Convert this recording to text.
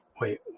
wait